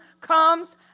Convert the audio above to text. comes